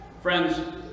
Friends